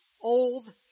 old